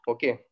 Okay